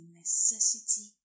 necessity